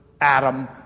Adam